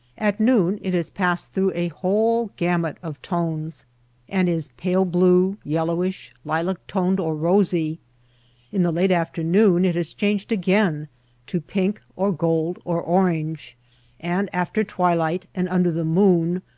at noon it has passed through a whole gamut of tones and is pale blue, yel lowish, lilac-toned, or rosy in the late after noon it has changed again to pink or gold or orange and after twilight and under the moon,